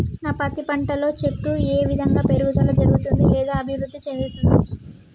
నా పత్తి పంట లో చెట్టు ఏ విధంగా పెరుగుదల జరుగుతుంది లేదా అభివృద్ధి చెందుతుంది?